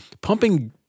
pumping